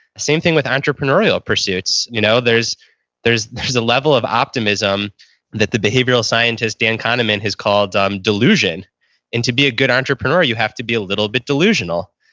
same thing with entrepreneurial pursuits. you know there's there's a level of optimism that the behavioral scientist dan kahneman has called um delusion and to be a good entrepreneur you have to be a little bit delusional.